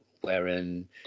wherein